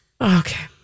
Okay